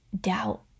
doubt